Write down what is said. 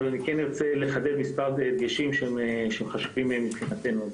אבל אני רוצה לחדד מספר דגשים שחשובים מבחינתנו.